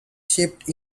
shipped